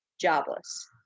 jobless